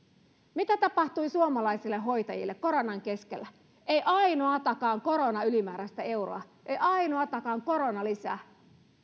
mitä tapahtui suomalaisille hoitajille koronan keskellä ei ainoatakaan koronaylimääräistä euroa ei ainoatakaan koronalisää